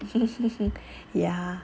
ya